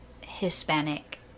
Hispanic